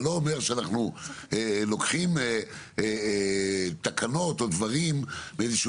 זה לא אומר שאנחנו לוקחים תקנות או דברים מאיזשהו